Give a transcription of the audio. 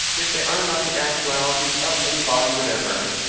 if they are not the actualities of any body whatever.